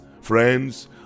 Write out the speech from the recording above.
Friends